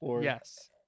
Yes